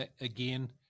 Again